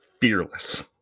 fearless